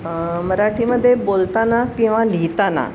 मराठीमध्ये बोलताना किंवा लिहिताना